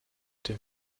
dem